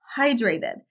hydrated